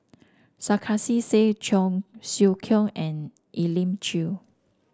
Sarkasi Said Cheong Siew Keong and Elim Chew